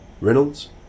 Reynolds